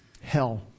Hell